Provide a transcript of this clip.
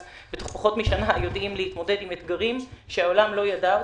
אז בתוך פחות משנה יודעים להתמודד עם אתגרים שהעולם לא ידע אותם,